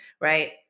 right